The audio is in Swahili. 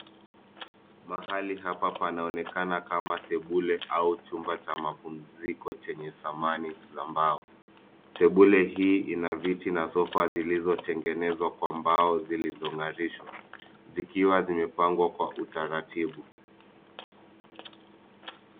Mahali panaonekana kama sembule ama chumba cha mapumziko chenye samani za mbao. Sembule hii ina viti na sofa zilizotengenezwa kwa mbao zilizong'arisha. Zikiwa zimepangwa kwa utaratibu.